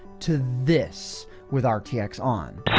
to this with um rtx on.